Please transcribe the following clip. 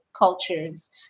cultures